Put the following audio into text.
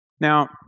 Now